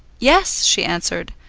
yes, she answered.